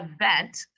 event